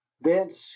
thence